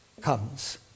comes